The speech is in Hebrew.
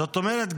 זאת אומרת,